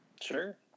Sure